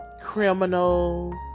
criminals